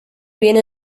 viene